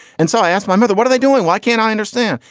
and so i asked my mother, what are they doing? why can't i understand?